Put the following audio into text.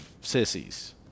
sissies